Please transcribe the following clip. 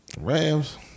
rams